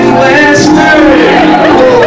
western